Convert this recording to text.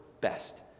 best